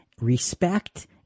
respect